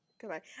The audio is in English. Goodbye